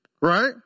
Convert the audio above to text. Right